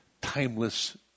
timeless